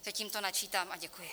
Je tímto načítám a děkuji.